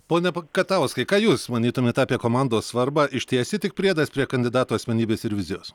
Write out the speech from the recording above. pone p katauskai ką jūs manytumėt apie komandos svarbą išties ji tik priedas prie kandidato asmenybės ir vizijos